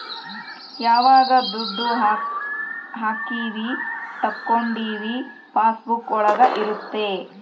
ಯಾವಾಗ ದುಡ್ಡು ಹಾಕೀವಿ ತಕ್ಕೊಂಡಿವಿ ಪಾಸ್ ಬುಕ್ ಒಳಗ ಇರುತ್ತೆ